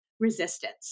resistance